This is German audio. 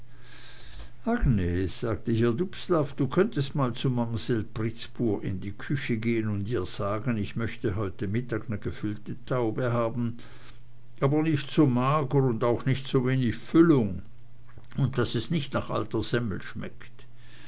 agnes sagte hier dubslav du könntest mal zu mamsell pritzbur in die küche gehn und ihr sagen ich möchte heute mittag ne gefüllte taube haben aber nich so mager und auch nich so wenig füllung und daß es nich nach alter semmel schmeckt